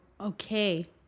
okay